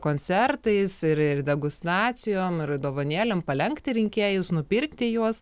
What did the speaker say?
koncertais ir ir degustacijom ir dovanėlėm palenkti rinkėjus nupirkti juos